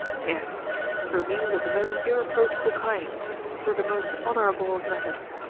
yes through means of the most irreproachable kind through the most honourable of methods.